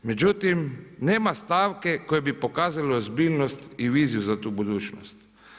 Međutim nema stavke koja bi pokazala ozbiljnost i viziju za tu budućnost.